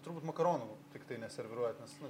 turbūt makaronų tiktai neserviruojat nes nu